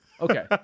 Okay